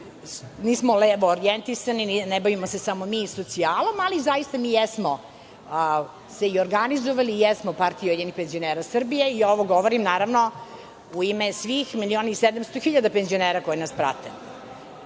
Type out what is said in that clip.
mi smo levo orijentisani, ne bavimo se samo mi socijalom, ali zaista mi jesmo se i organizovali i jesmo PUPS i ovo govorim, naravno, u ime svih milion i sedamsto hiljada penzionera koji nas prate. Na